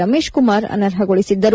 Ramesh Kumar ಅನರ್ಹಗೊಳಿಸಿದ್ದರು